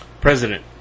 president